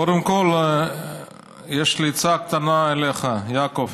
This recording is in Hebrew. קודם כול, יש לי עצה קטנה אליך, יעקב: